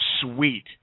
sweet